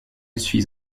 suis